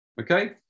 okay